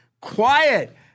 Quiet